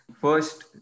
First